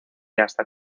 hasta